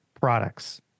products